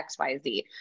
xyz